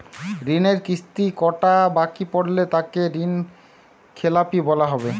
ঋণের কিস্তি কটা বাকি পড়লে তাকে ঋণখেলাপি বলা হবে?